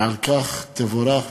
ועל כך תבורך.